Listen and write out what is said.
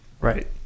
Right